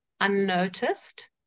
unnoticed